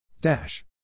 Dash